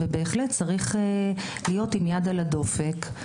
ובהחלט צריך להיות עם יד על הדופק.